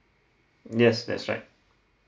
yes that's right